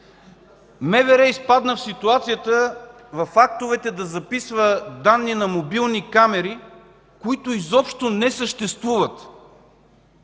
МВР изпадна в ситуацията да записва в актовете данни на мобилни камери, които изобщо не съществуват.